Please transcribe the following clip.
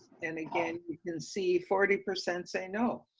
and again, you can see forty percent say no.